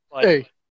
Hey